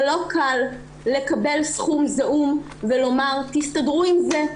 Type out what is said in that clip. זה לא קל לקבל סכום זעום ולומר תסתדרו עם זה,